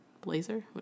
blazer